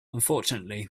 unfortunately